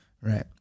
Right